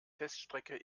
teststrecke